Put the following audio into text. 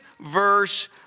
verse